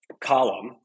column